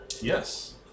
Yes